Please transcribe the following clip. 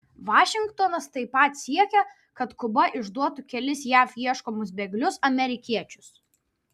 vašingtonas taip pat siekia kad kuba išduotų kelis jav ieškomus bėglius amerikiečius